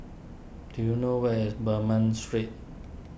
do you know where is Bernam Street